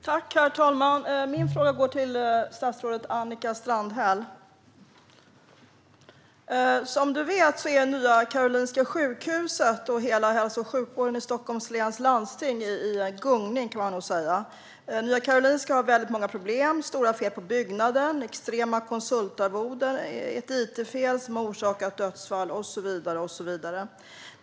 Herr talman! Min fråga går till statsrådet Annika Strandhäll. Som statsrådet vet är Nya Karolinska sjukhuset och hela hälso och sjukvården i Stockholms läns landsting i gungning, kan man nog säga. Nya Karolinska har väldigt många problem: stora fel på byggnaden, extrema konsultarvoden, ett it-fel som har orsakat dödsfall och så vidare.